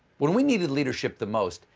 when we needed leadership the most,